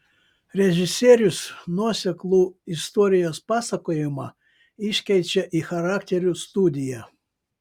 režisierius nuoseklų istorijos pasakojimą iškeičia į charakterių studiją